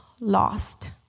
lost